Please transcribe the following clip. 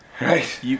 right